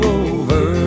over